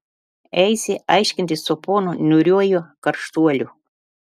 eisi aiškintis su ponu niūriuoju karštuoliu